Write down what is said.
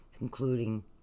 including